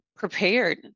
prepared